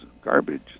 garbage